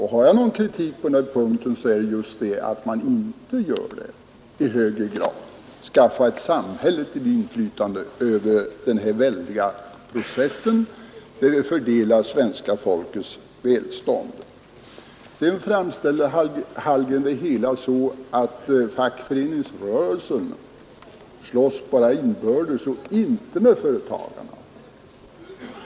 Har jag någon kritik på den här punkten så gäller den just att man inte i högre grad skaffar sig ett samhälleligt inflytande över denna väldiga process som fördelar svenska folkets välstånd. Herr Hallgren framställde det så att man inom fackföreningsrörelsen bara slåss inbördes och inte med företagarna.